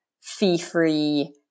fee-free